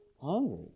hungry